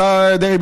השר אריה דרעי,